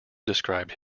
describes